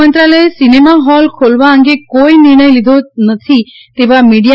ગૃહમંત્રાલયે cinema hall ખોલવા અંગે કોઈ નિર્ણય લીધો છે તેવા મીડિયા